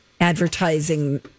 advertising